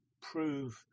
prove